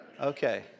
Okay